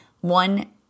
one